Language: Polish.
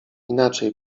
inaczej